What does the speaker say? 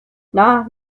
nah